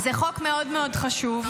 זה חוק מאוד מאוד חשוב,